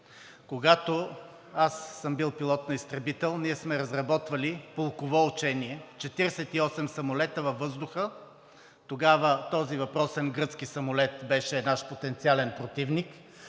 Когато аз съм бил пилот на изтребител, ние сме разработвали полково учение – 48 самолета във въздуха, тогава този въпросен гръцки самолет беше наш потенциален противник,